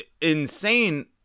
insane